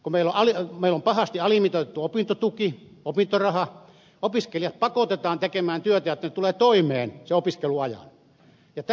kun meillä on pahasti alimitoitettu opintotuki opintoraha opiskelijat pakotetaan tekemään työtä että tulevat toimeen opiskelun ajan